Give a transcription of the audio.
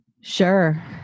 sure